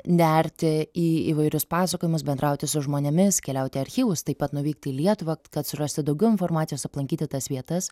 nerti į įvairius pasakojimus bendrauti su žmonėmis keliaut į archyvus taip pat nuvykti į lietuvą kad surasti daugiau informacijos aplankyti tas vietas